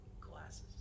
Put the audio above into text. Glasses